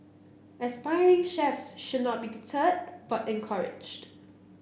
aspiring chefs should not be deterred but encouraged